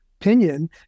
opinion